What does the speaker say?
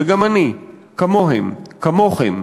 וגם אני, כמוהם, כמוכם,